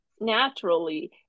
naturally